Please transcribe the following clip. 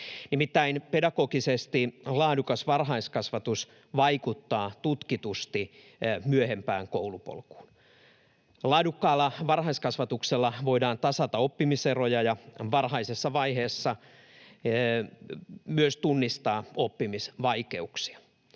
Nimittäin pedagogisesti laadukas varhaiskasvatus vaikuttaa tutkitusti myöhempään koulupolkuun. Laadukkaalla varhaiskasvatuksella voidaan tasata oppimiseroja ja varhaisessa vaiheessa myös tunnistaa oppimisvaikeuksia.